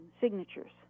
signatures